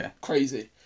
crazy